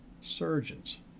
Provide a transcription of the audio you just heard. surgeons